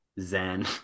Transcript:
zen